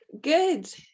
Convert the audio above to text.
Good